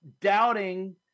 doubting